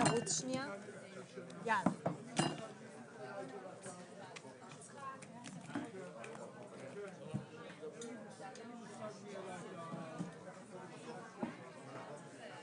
11:55.